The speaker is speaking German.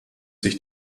sich